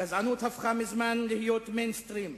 גזענות הפכה מזמן להיות "מיינסטרים".